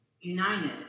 united